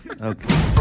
Okay